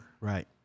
Right